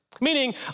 Meaning